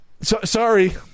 Sorry